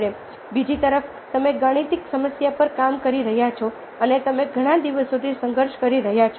બીજી તરફ તમે ગાણિતિક સમસ્યા પર કામ કરી રહ્યા છો અને તમે ઘણા દિવસોથી સંઘર્ષ કરી રહ્યા છો